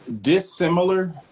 dissimilar